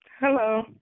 Hello